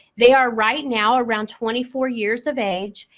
they are right now around twenty four years of age.